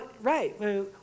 right